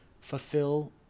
fulfill